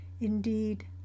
Indeed